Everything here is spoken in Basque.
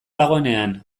dagoenean